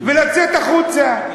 ולצאת החוצה.